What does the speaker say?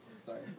Sorry